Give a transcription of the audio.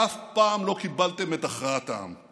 אף פעם לא קיבלתם את הכרעת העם,